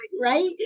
right